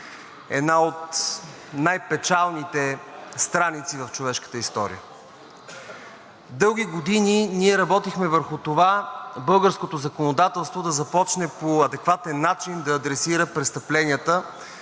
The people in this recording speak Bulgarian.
една от най печалните страници в човешката история. Дълги години ние работихме върху това българското законодателство да започне по адекватен начин да адресира престъпленията,